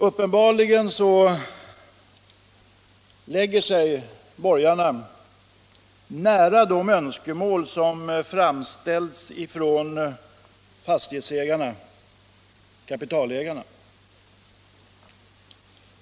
Uppenbarligen lägger sig borgarna nära de önskemål som framställts från fastighetsägarna och kapitalägarna.